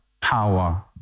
power